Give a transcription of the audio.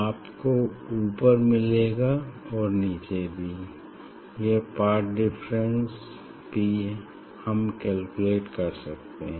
आपको ऊपर मिलेगा और नीचे भी यह पाथ डिफरेंस p हम कैलकुलेट कर सकते हैं